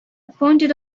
pointed